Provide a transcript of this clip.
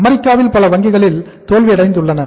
அமெரிக்காவில் பல வங்கிகளில் தோல்வியடைந்தன